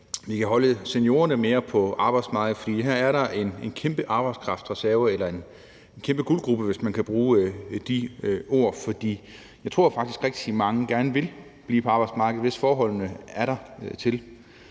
vi kan holde seniorerne mere på arbejdsmarkedet. For her er der en kæmpe arbejdskraftreserve eller en kæmpe guldgrube, hvis man kan bruge de ord. Jeg tror faktisk, at rigtig mange gerne vil blive på arbejdsmarkedet, hvis forholdene er dertil.